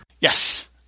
Yes